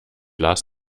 lars